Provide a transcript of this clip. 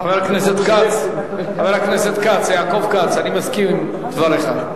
חבר הכנסת כץ, יעקב כץ, אני מסכים עם דבריך.